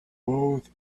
both